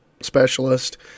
specialist